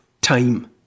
time